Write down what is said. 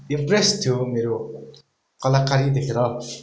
impress थियो मेरो कलाकारी देखेर